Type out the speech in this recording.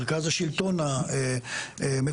מרכז השלטון המקומי,